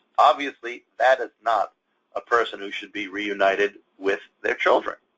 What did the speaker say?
obviously that is not a person who should be reunited with their children.